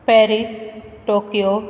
Paris Tokyo